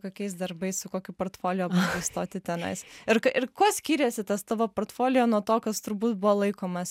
kokiais darbais su kokiu portfolio bandei stoti tenais ir ką ir kuo skyrėsi tas tavo portfolio nuo to kas turbūt buvo laikomas